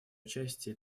участие